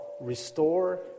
restore